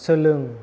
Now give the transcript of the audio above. सोलों